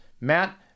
Matt